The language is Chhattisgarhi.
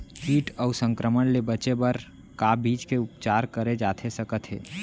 किट अऊ संक्रमण ले बचे बर का बीज के उपचार करे जाथे सकत हे?